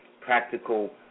practical